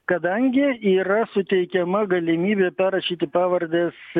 kadangi yra suteikiama galimybė perrašyti pavardes